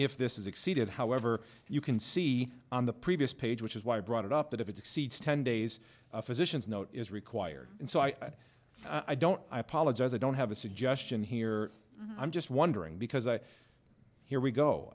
if this is exceeded however you can see on the previous page which is why i brought it up that if it exceeds ten days a physician's note is required and so i think i don't i apologize i don't have a suggestion here i'm just wondering because i hear we